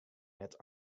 net